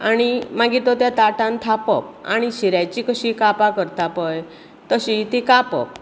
आनी मागीर तो त्या ताटांत थापप आनी शिऱ्याची कशी कापां करता पळय तशीं तीं कापप